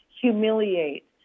humiliate